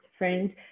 friends